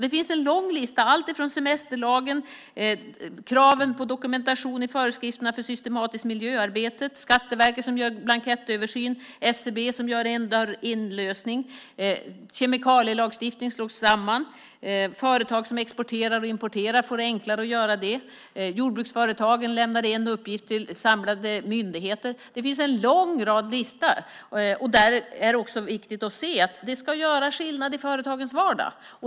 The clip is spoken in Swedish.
Det finns en lång lista med alltifrån semesterlagen, kraven på dokumentation i föreskrifterna för systematiskt miljöarbete, Skatteverket som gör blankettöversyn, SCB som gör en-dörr-in-lösning, kemikalielagstiftning som slås samman, företag som exporterar och importerar och som får det enklare att göra det, och jordbruksföretagen som lämnar en uppgift till samlade myndigheter. Det finns en lång lista. Det är viktigt att se att detta ska göra skillnad i företagens vardag.